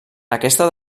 aquesta